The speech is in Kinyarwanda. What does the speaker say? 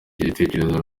igitekerezo